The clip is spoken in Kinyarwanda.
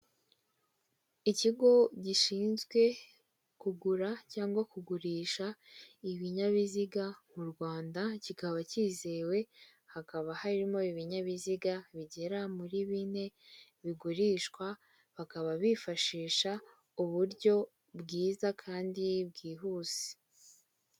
Ikigo gishinzwe kugura cyangwa kugurisha ibinyabiziga mu Rwanda, kikaba cyizewe, hakaba harimo ibinyabiziga bigera muri bine, bigurishwa bakaba bifashisha uburyo bwiza kandi bwihuse.